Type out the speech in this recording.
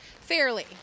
fairly